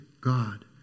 God